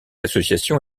association